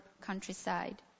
countryside